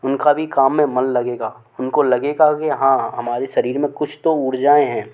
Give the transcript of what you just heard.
उनका भी काम में मन लगेगा उनको लगेगा कि हाँ हमारे शरीर में कुछ तो ऊर्जाऐं हैं